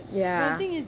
ya